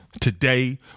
today